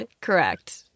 Correct